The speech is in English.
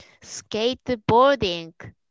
Skateboarding